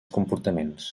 comportaments